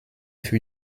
für